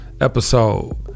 episode